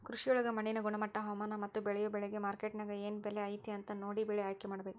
ಕೃಷಿಯೊಳಗ ಮಣ್ಣಿನ ಗುಣಮಟ್ಟ, ಹವಾಮಾನ, ಮತ್ತ ಬೇಳಿಯೊ ಬೆಳಿಗೆ ಮಾರ್ಕೆಟ್ನ್ಯಾಗ ಏನ್ ಬೆಲೆ ಐತಿ ಅಂತ ನೋಡಿ ಬೆಳೆ ಆಯ್ಕೆಮಾಡಬೇಕು